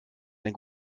ein